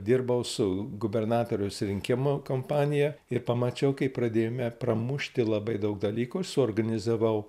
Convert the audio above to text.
dirbau su gubernatoriaus rinkimų kampanija ir pamačiau kai pradėjome pramušti labai daug dalykų suorganizavau